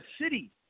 city